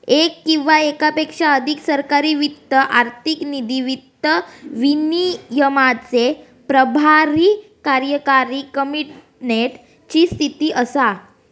येक किंवा येकापेक्षा अधिक सरकारी वित्त आर्थिक नीती, वित्त विनियमाचे प्रभारी कार्यकारी कॅबिनेट ची स्थिती असा